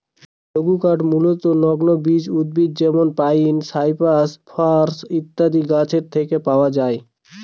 লঘুকাঠ মূলতঃ নগ্নবীজ উদ্ভিদ যেমন পাইন, সাইপ্রাস, ফার ইত্যাদি গাছের থেকে পাওয়া যায়